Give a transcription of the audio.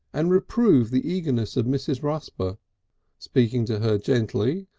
and reproved the eagerness of mrs. rusper speaking to her gently,